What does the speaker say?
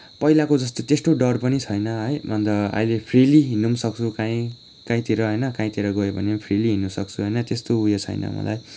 पहिलाको जस्तो त्यस्तो डर पनि छैन है अन्त अहिले फ्रिली हिँड्न पनि सक्छु कहीँ कहीँतिर होइन कहीँतिर गएँ भने फ्रिली हिँड्नसक्छु होइन त्यस्तो उयो छैन मलाई